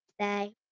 today